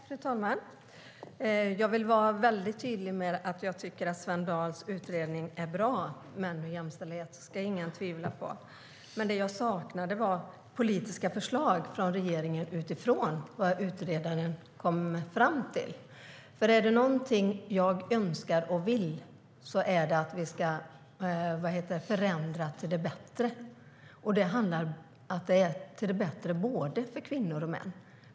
Fru talman! Jag vill vara väldigt tydlig med att jag tycker att Svend Dahls utredning Män och jämställdhet är bra. Det ska ingen tvivla på. Det jag saknade var politiska förslag från regeringen utifrån vad utredaren kommer fram till. Är det någonting jag önskar och vill är det nämligen att vi ska förändra till det bättre - för både kvinnor och män.